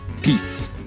Peace